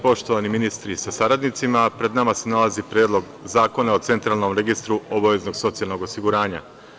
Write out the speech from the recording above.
Poštovani ministri sa saradnicima, pred nama se nalazi Predlog zakona o Centralnom registru obaveznog socijalnog osiguranja.